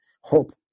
hope